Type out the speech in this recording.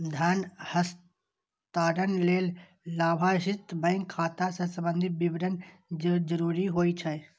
धन हस्तांतरण लेल लाभार्थीक बैंक खाता सं संबंधी विवरण जरूरी होइ छै